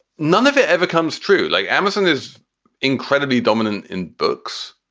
none of it ever comes true, like amazon is incredibly dominant in books.